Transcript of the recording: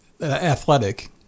athletic